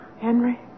Henry